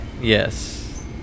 Yes